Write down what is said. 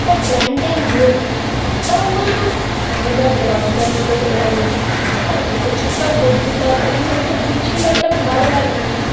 তা প্ল্যান ট্যান হোক ঠাট্টাও বোঝো না দ্ গজগজ করতে লাগল ঠাট্টা কুমড়োর ছক্কা আর কুঁদরুর তরকারি নিয়ে ওসব বিচ্ছিরি ঠাট্টা আমার ভালো লাগে না না